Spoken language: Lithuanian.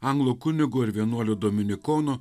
anglo kunigo ir vienuolio dominikono